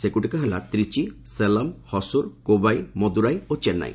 ସେଗୁଡ଼ିକ ହେଲା ତ୍ରିଚି ସେଲମ୍ ହସୁର୍ କୋବାଇ ମଦୁରାଇ ଓ ଚେନ୍ନାଇ